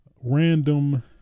random